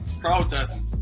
Protest